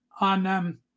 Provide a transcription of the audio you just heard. on